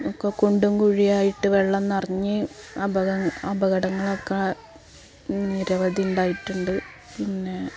ഒക്കെ കുണ്ടും കുഴിയായിട്ട് വെള്ളം നിറഞ്ഞ് അപകം അപകടങ്ങളൊക്കെ നിരവധി ഉണ്ടായിട്ടുണ്ട് പിന്നെ